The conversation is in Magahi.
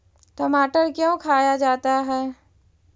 टमाटर क्यों खाया जाता है?